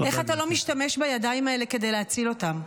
איך אתה לא משתמש בידיים האלה כדי להציל אותם?